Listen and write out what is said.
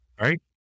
right